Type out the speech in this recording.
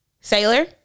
Sailor